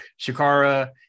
shikara